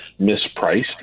mispriced